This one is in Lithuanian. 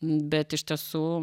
bet iš tiesų